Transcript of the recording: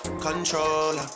controller